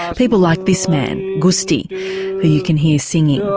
people like this man gusti who you can hear singing.